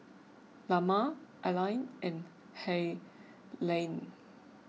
Lamar Aline and Helaine